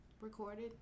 recorded